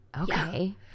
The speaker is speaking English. Okay